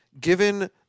given